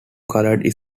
colored